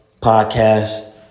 podcast